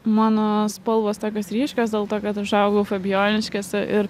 mano spalvos tokios ryškios dėl to kad užaugau fabijoniškėse ir